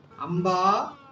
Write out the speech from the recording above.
Amba